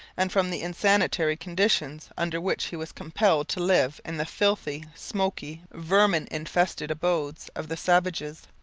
and from the insanitary conditions under which he was compelled to live in the filthy, smoky, vermin-infested abodes of the savages.